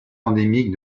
endémique